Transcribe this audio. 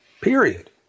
period